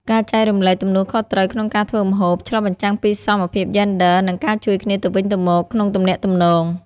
ការចែករំលែកទំនួលខុសត្រូវក្នុងការធ្វើម្ហូប ឆ្លុះបញ្ចាំងពីសមភាពយេនឌ័រ និងការជួយគ្នាទៅវិញទៅមកក្នុងទំនាក់ទំនង។